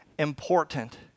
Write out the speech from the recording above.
Important